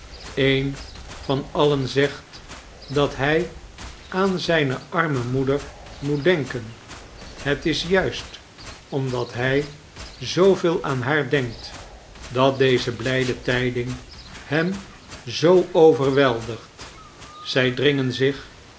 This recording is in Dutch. een van alien zegt dat hij aan zijne arme moeder moet denken het is juist omdat hij zooveel aan haar denkt dat deze blijde tijding hem zoo overweldigt zij dringen zich